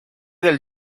del